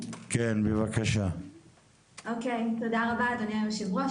תודה רבה, אדוני יושב הראש.